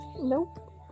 Nope